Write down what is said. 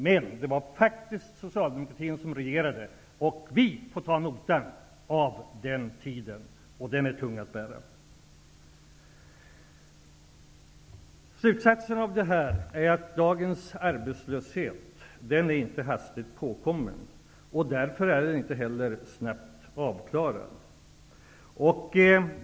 Men det var faktiskt Socialdemokraterna som regerade, och vi får ta hand om notan från den tiden och den är tung att bära. Slutsatsen av det här är att dagens arbetslöshet inte är hastigt påkommen. Därför är den inte heller snabbt avklarad.